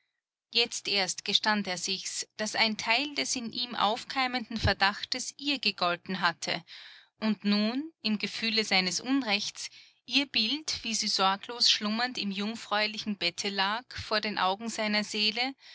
jetzt erst gestand er sichs daß ein teil des in ihm auf keimenden verdachtes ihr gegolten hatte und nun im gefühle seines unrechts ihr bild wie sie sorglos schlummernd im jungfräulichen bette lag vor den augen seiner seele